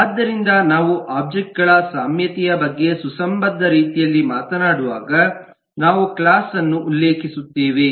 ಆದ್ದರಿಂದ ನಾವು ಒಬ್ಜೆಕ್ಟ್ ಗಳ ಸಾಮಾನ್ಯತೆಯ ಬಗ್ಗೆ ಸುಸಂಬದ್ಧ ರೀತಿಯಲ್ಲಿ ಮಾತನಾಡುವಾಗ ನಾವು ಕ್ಲಾಸ್ ಅನ್ನು ಉಲ್ಲೇಖಿಸುತ್ತೇವೆ